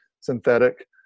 synthetic